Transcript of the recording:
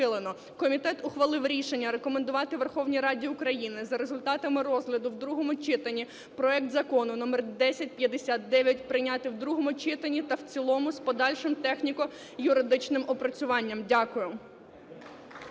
Комітет ухвалив рішення рекомендувати Верховній Раді України за результатами розгляду в другому читанні проект Закону №1059 прийняти в другому читанні та в цілому з подальшими техніко-юридичним опрацюванням. Дякую.